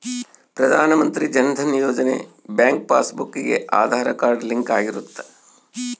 ಪ್ರಧಾನ Mantri Jan Dhan Yojana bank passbook ಗೆ Aadhaar card link ಆಗಿರುತ್ತ